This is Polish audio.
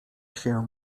się